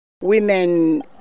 Women